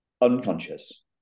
unconscious